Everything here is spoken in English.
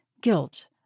Guilt